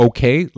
Okay